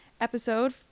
episode